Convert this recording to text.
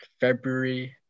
February